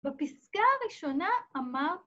בפסקה הראשונה אמר